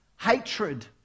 hatred